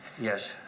Yes